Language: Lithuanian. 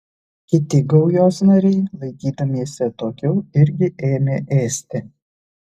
kiti gaujos nariai laikydamiesi atokiau irgi ėmė ėsti